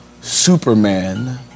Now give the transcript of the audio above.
Superman